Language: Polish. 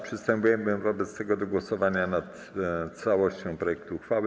Przystępujemy wobec tego do głosowania nad całością projektu uchwały.